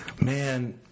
Man